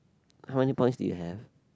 how many points did you have